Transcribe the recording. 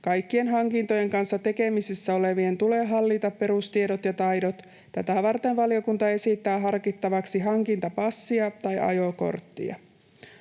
Kaikkien hankintojen kanssa tekemisissä olevien tulee hallita perustiedot ja ‑taidot. Tätä varten valiokunta esittää harkittavaksi hankintapassia tai ‑ajokorttia.